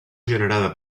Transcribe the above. generada